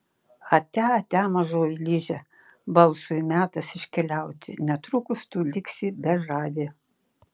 atia atia mažoji liže balsui metas iškeliauti netrukus tu liksi bežadė